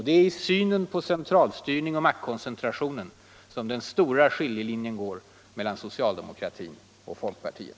Det är i synen på centralstyrning och maktkoncentration som den stora skiljelinjen går mellan socialdemokratin och folkpartiet.